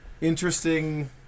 interesting